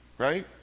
Right